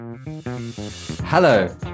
Hello